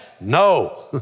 no